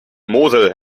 mosel